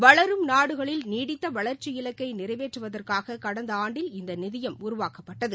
வளரும் நாடுகளில் நீடித்த வளர்ச்சி இலக்கை நிறைவேற்றுவதற்காக கடந்த ஆண்டில் இந்த நிதியம் உருவாக்கப்பட்டது